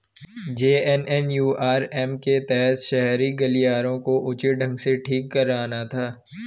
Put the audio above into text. JNNURM के तहत शहरी गलियारों को उचित ढंग से ठीक कराना था